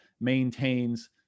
maintains